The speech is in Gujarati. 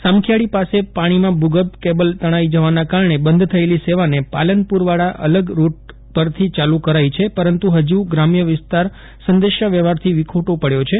સામખિયાળી પાસે પાણીમાં ભૂગર્ભ કેબલ તણાઈ જવાના કારણે બંધ થયેલી સેવાને પાલનપુરવાળા અલગ રૂટ પરથી ચાલુ કરાઈ છે પરંતુ ફજુ ગ્રામ્ય વિસ્તાર સંદેશાવ્યવફારથી વિખૂટો પડયો છે